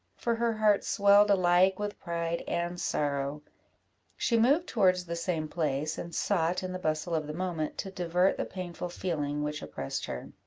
for her heart swelled alike with pride and sorrow she moved towards the same place, and sought, in the bustle of the moment, to divert the painful feeling which oppressed her.